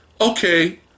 okay